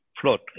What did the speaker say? float